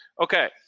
okay